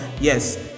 Yes